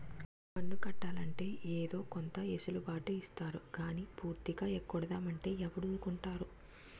పన్ను కట్టాలంటే ఏదో కొంత ఎసులు బాటు ఇత్తారు గానీ పూర్తిగా ఎగ్గొడతాం అంటే ఎవడూరుకుంటాడు